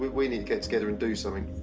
we need to get together and do something.